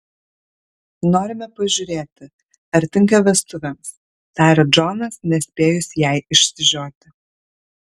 norime pažiūrėti ar tinka vestuvėms taria džonas nespėjus jai išsižioti